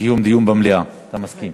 קיום דיון במליאה, אתה מסכים.